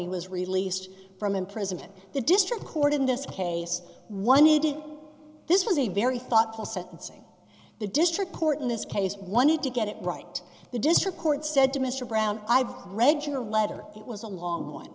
he was released from imprisonment the district court in this case one who did this was a very thoughtful sentencing the district court in this case one had to get it right the district court said to mr brown i've read your letter it was a long one